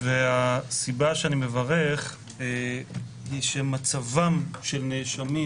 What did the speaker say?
הסיבה שאני מברך היא שמצבם של נאשמים